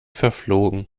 verflogen